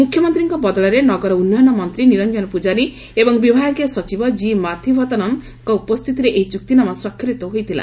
ମୁଖ୍ୟମନ୍ତୀଙ୍କ ବଦଳରେ ନଗର ଉନ୍ନୟନ ମନ୍ତୀ ନିରଞ୍ଞନ ପ୍ରଜାରୀ ଏବଂ ବିଭାଗୀୟ ସଚିବ ଜି ମାଥ୍ଭାତନନ୍ଙ୍ ଉପସ୍ ଏହି ଚୁକ୍ତିନାମା ସ୍ୱାକ୍ଷରିତ ହୋଇଥିଲା